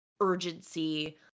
urgency